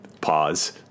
Pause